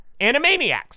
animaniacs